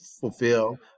fulfill